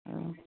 অঁ